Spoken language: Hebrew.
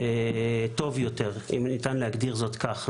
טוב יותר, אם ניתן להגדיר זאת כך.